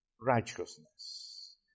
righteousness